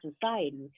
Society